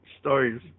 stories